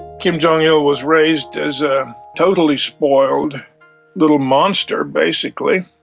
kim jong-il was raised as a totally spoiled little monster basically,